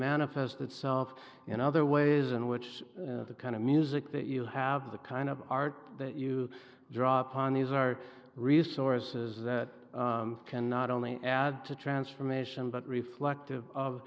manifest itself in other ways in which the kind of music that you have the kind of art that you draw upon these are resources that can not only add to transformation but reflective of